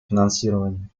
финансирования